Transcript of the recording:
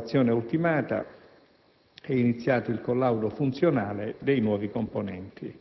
Ad installazione ultimata, è iniziato il collaudo funzionale dei nuovi componenti.